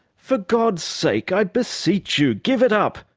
for god's sake, i beseech you, give it up.